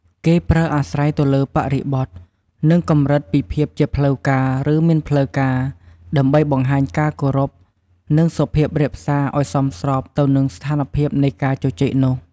គេប្រើអាស្រ័យទៅលើបរិបទ និងកម្រិតពីភាព ជាផ្លូវការ ឬមិនផ្លូវការ ដើម្បីបង្ហាញការគោរព និងសុភាពរាបសារឱ្យសមស្របទៅនឹងស្ថានភាពនៃការជជែកនោះ។